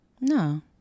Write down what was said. No